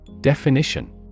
Definition